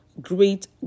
great